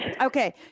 okay